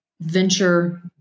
Venture